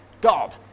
God